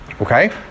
Okay